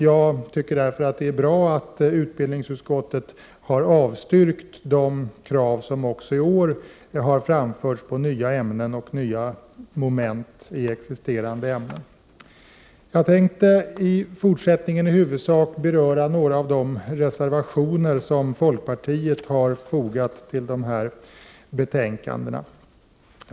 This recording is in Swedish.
Jag tycker därför att det är bra att utbildningsutskottet har avstyrkt de krav som också i år har framförts på nya ämnen och nya moment i existerande ämnen. Jag tänkte i fortsättningen i huvudsak beröra några av de reservationer som folkpartiet har fogat till dessa betänkanden.